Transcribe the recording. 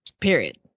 period